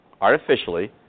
artificially